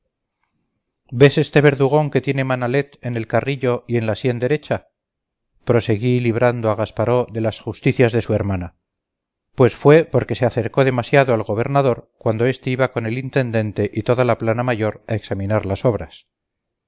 ves este verdugón que tiene manalet en el carrillo y en la sien derecha proseguí librando a gasparó de las justicias de su hermana pues fue porque se acercó demasiado al gobernador cuando este iba con el intendente y toda la plana mayor a examinar las obras